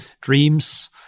dreams